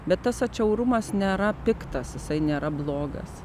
bet tas atšiaurumas nėra piktas jisai nėra blogas